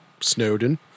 Snowden